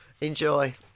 Enjoy